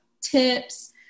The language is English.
tips